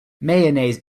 mayonnaise